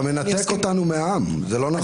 אתה מנתק אותנו מהעם וזה לא נכון.